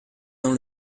dans